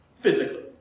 physically